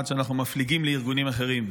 עד שאנחנו מפליגים לארגונים אחרים.